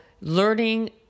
learning